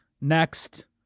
Next